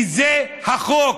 כי זה החוק,